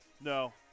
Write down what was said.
No